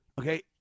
Okay